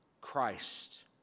Christ